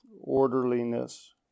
Orderliness